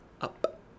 up